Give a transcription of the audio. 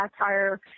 satire